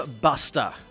Buster